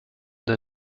der